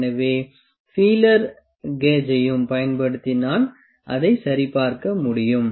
எனவே ஃபீலர் கேஜையும் பயன்படுத்தி நான் அதை சரிபார்க்க முடியும்